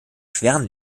schweren